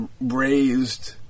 raised